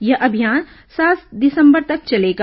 यह अभियान सात दिसंबर तक चलेगा